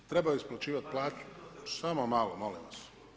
Treba isplaćivati plaću …… [[Upadica se ne razumije.]] Samo malo, molim vas.